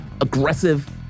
aggressive